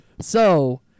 So-